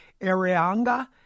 Arianga